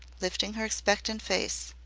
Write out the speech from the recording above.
lifting her expectant face,